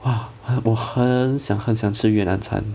!wah! 我很想很想吃越南餐